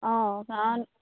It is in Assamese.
অঁ কাৰণ